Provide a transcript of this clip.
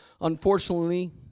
Unfortunately